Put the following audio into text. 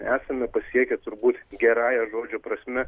esame pasiekę turbūt gerąja žodžio prasme